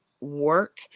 work